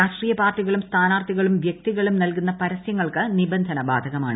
രാഷ്ട്രീയ പാർട്ടികളും സ്ഥാനാർത്ഥികളും വൃക്തികളും നൽകുന്ന പരസ്യങ്ങൾക്ക് നിബന്ധന ബാധകമാണ്